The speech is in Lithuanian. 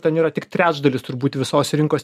ten yra tik trečdalis turbūt visos rinkos